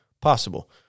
possible